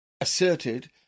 asserted